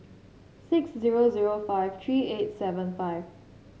six zero zero five three eight seven five